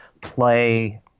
play